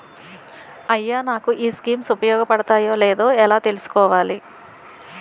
అయ్యా నాకు ఈ స్కీమ్స్ ఉపయోగ పడతయో లేదో ఎలా తులుసుకోవాలి?